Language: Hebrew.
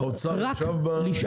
האוצר ישב?